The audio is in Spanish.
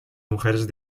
mujeres